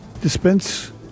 dispense